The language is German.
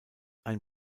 ein